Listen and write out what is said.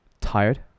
tired